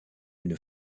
une